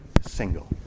single